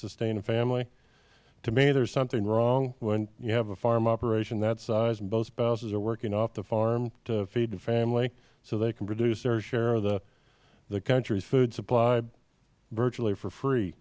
sustain a family to me there is something wrong when you have a farm operation that size and both spouses are working off the farm to feed the family so they can produce their share of the country's food supply virtually for free